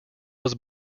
was